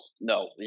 no